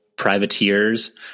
Privateers